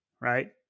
right